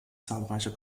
zahlreiche